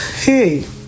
Hey